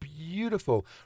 Beautiful